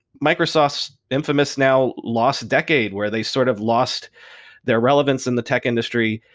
microsoft's infamous now lost decade where they sort of lost their relevance in the tech industry.